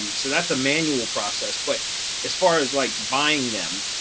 um so that's a manual process, but as far as like buying them,